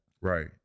Right